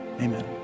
Amen